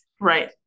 Right